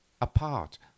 apart